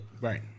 right